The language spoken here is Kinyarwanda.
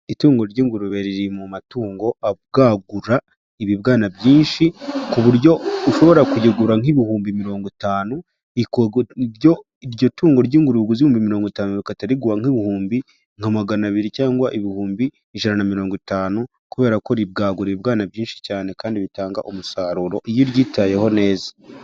Itungo ry'ingurube riri mu matungo abwagura ibibwana byinshi ku buryo ushobora kuyigura nk'ibihumbi mirongo itanu iryo tungo ry'ingurugube uguze ihumbi mirongo itanu, rigahita riguha nk'ibihumbi nka magana abiri cyangwa ibihumbi ijana na mirongo itanu, kubera ko ribwagura ibibwana byinshi cyane kandi bitanga umusaruro iyo uryitayeho neza.